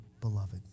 beloved